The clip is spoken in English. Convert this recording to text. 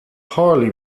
hardly